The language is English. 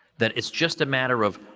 that, it's just a matter of,